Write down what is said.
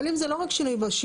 אבל אם זה לא רק שינוי בשיעורים,